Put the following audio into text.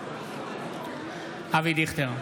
אבי דיכטר,